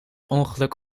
ongeluk